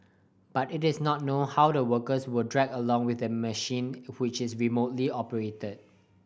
but it is not known how the worker were dragged along with the machine which is remotely operated